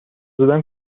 زدن